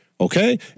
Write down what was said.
Okay